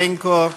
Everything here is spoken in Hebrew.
מר גנאדי נדולנקו,